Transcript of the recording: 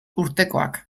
urtekoak